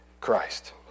Christ